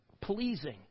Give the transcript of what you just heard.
pleasing